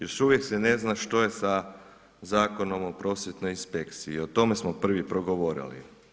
Još uvijek se ne zna što se sa zakonom o prosvjetnoj inspekciji, o tome smo prvi progovorili.